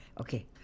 Okay